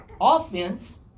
Offense